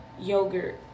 yogurt